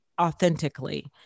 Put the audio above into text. authentically